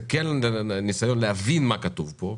זה כן ניסיון להבין מה כתוב פה,